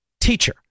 Teacher